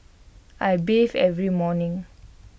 I bathe every morning